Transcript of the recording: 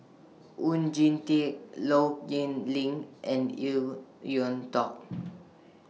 Oon Jin Teik Low Yen Ling and EU Yuan Tong